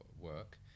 work